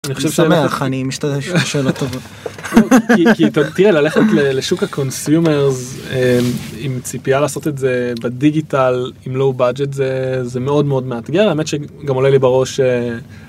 אני שמח אני משתמש בשאלה טובה. כי תראה ללכת לשוק הקונסיומרס עם ציפייה לעשות את זה בדיגיטל עם לואו בג'ט זה מאוד מאוד מאתגר האמת שגם עולה לי בראש.